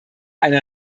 eine